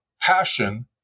passion